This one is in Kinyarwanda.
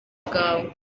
bwawe